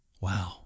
Wow